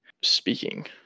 speaking